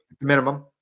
Minimum